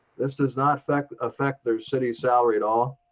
this does not affect affect their city saleary at all.